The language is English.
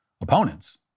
opponents